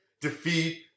defeat